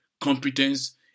competence